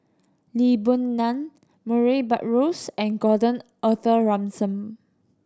Lee Boon Ngan Murray Buttrose and Gordon Arthur Ransome